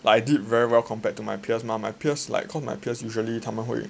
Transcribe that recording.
I did very well compared to my peers mah my peers like cause my peers usually 他们会